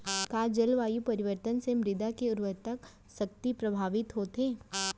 का जलवायु परिवर्तन से मृदा के उर्वरकता शक्ति प्रभावित होथे?